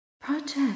project